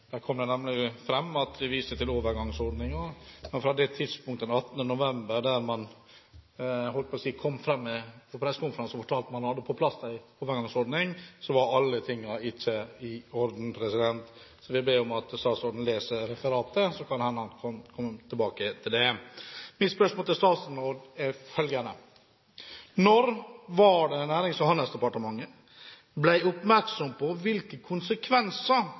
Der kom det nemlig fram at vi viser til overgangsordningen. Men fra det tidspunktet, 18. november, da man – jeg holdt på å si – kom fram på pressekonferansen og fortalte at man hadde på plass en overgangsordning, så var ikke alle tingene i orden. Så jeg vil be om at statsråden leser referatet, så kan det hende han kan komme tilbake til det. Mitt spørsmål til statsråden er følgende: Når var det Nærings- og handelsdepartementet ble oppmerksom på hvilke konsekvenser